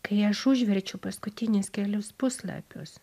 kai aš užverčiu paskutinis kelius puslapius